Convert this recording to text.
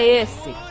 esse